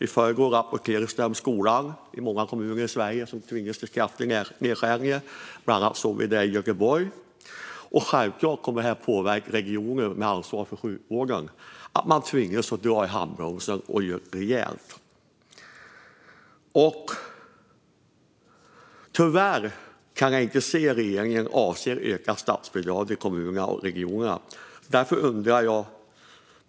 I förrgår rapporterades om att skolan i många kommuner i Sverige tvingas till kraftiga nedskärningar, bland annat i Göteborg. Detta kommer självklart att påverka regionerna, som ansvarar för sjukvården. Man tvingas att dra i handbromsen rejält. Tyvärr kan jag inte se att regeringen avser att öka statsbidragen till kommunerna och regionerna.